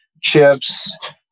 chips